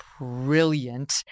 brilliant